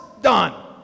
done